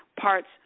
parts